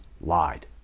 lied